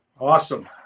awesome